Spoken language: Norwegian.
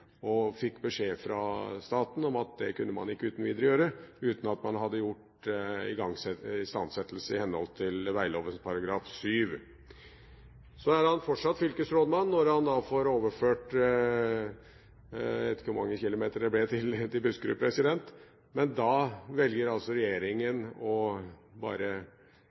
kunne man ikke gjøre uten videre, uten at man hadde gjort istandsettelse i henhold til vegloven § 7. Så er han fortsatt fylkesrådmann når han får overført jeg vet ikke hvor mange kilometer til Buskerud, men da velger altså regjeringen bare å